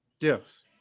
yes